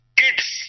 kids